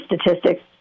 Statistics